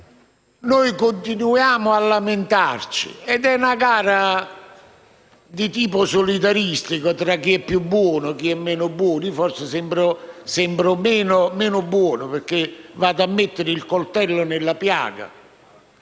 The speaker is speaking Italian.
continuiamo a lamentarci ed è una gara di tipo solidaristico tra chi è più buono e chi lo è meno. Io forse sembro meno buono perché metto il coltello nella piaga,